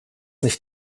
nicht